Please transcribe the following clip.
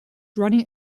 running